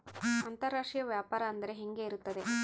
ಅಂತರಾಷ್ಟ್ರೇಯ ವ್ಯಾಪಾರ ಅಂದರೆ ಹೆಂಗೆ ಇರುತ್ತದೆ?